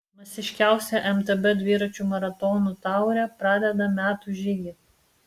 masiškiausia mtb dviračių maratonų taurė pradeda metų žygį